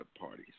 parties